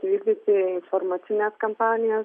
įvykdyti informacines kampanijas